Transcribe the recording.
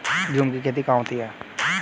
झूम की खेती कहाँ होती है?